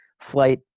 flight